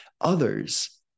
Others